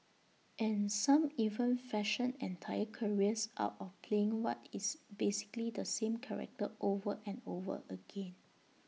and some even fashion entire careers out of playing what is basically the same character over and over again